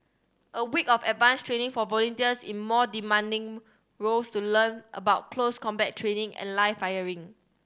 a week of advanced training for volunteers in more demanding roles to learn about close combat training and live firing